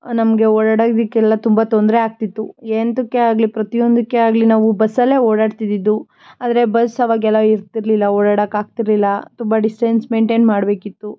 ನಮಗೆ ಓಡಾಡೋದಕ್ಕೆಲ್ಲ ತುಂಬ ತೊಂದರೆ ಆಗ್ತಿತ್ತು ಎಂತಕ್ಕೇ ಆಗಲಿ ಪ್ರತಿಯೊಂದಕ್ಕೇ ಆಗಲಿ ನಾವು ಬಸ್ಸಲ್ಲೇ ಓಡಾಡ್ತಿದ್ದಿದ್ದು ಆದರೆ ಬಸ್ ಅವಾಗೆಲ್ಲ ಇರ್ತಿರಲಿಲ್ಲ ಓಡಾಡಕ್ಕೆ ಆಗ್ತಿರಲಿಲ್ಲ ತುಂಬ ಡಿಸ್ಟೆನ್ಸ್ ಮೇಯ್ನ್ಟೇನ್ ಮಾಡಬೇಕಿತ್ತು